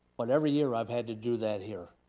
but every year i've had to do that here.